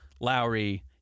Lowry